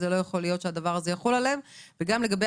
לא יכול להיות שהדבר הזה יחול עליהם; וגם לגבי